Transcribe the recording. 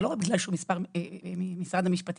זה לא רק בגלל שהוא משרד המשפטים,